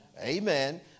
Amen